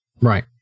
Right